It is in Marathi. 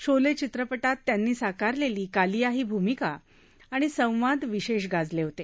शोले चित्रपटात त्यांनी साकारलेली कालिया ही भूमिका आणि संवाद विशेष गाजले होते